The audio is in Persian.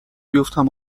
بیفتم